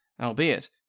albeit